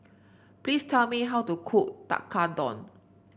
please tell me how to cook Tekkadon